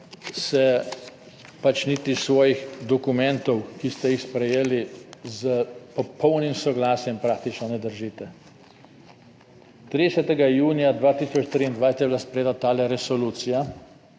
se pač niti svojih dokumentov, ki ste jih sprejeli s popolnim soglasjem praktično ne držite. 30. Junija 2023 je bila sprejeta ta Resolucija